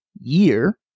year